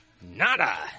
Nada